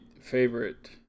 favorite